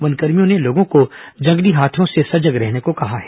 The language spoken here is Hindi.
वनकर्भियों ने लोगों को जंगली हाथियों से सजग रहने को कहा है